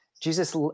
jesus